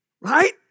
Right